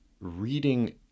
reading